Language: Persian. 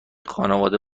خانواده